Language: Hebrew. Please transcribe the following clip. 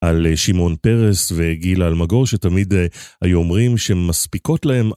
על שמעון פרס וגילה אלמגור שתמיד היו אומרים שמספיקות להם